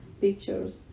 pictures